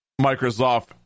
Microsoft